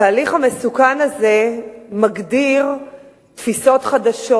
התהליך המסוכן הזה מגדיר תפיסות חדשות.